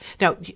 Now